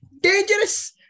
Dangerous